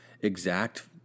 exact